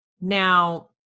Now